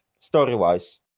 story-wise